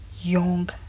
young